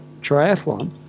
triathlon